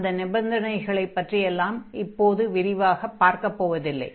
அந்த நிபந்தனைகளைப் பற்றியெல்லாம் இப்போது விரிவாகப் பார்க்கப் போவதில்லை